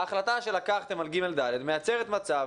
ההחלטה שלקחתם על ג' ד' מייצרת מצב